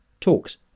talks